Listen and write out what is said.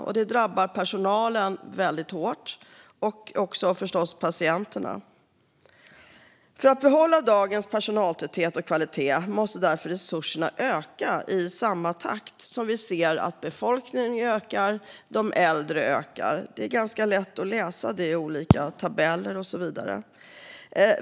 Detta drabbar personalen hårt och förstås också patienterna. För att behålla dagens personaltäthet och kvalitet måste därför resurserna öka i samma takt som vi ser att befolkningen och de äldre ökar. Det är ganska lätt att läsa detta i olika tabeller och så vidare.